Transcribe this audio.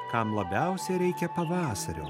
kam labiausiai reikia pavasario